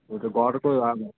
कोर्टको अर्को अब